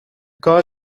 kar